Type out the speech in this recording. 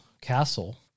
castle